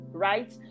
Right